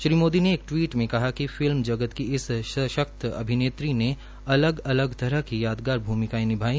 श्री मोदी ने एक ट्वीट में कहा कि फिल्म जगत की इस सशक्त अभिनेत्री ने अलग अलग तरह की यादगार भूमिकाए निभाई